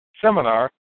seminar